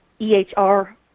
EHR